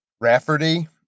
Rafferty